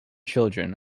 children